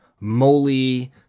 moly